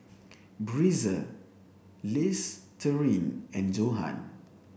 Breezer Listerine and Johan